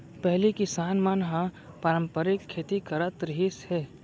पहिली किसान मन ह पारंपरिक खेती करत रिहिस हे